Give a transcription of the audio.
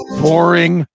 boring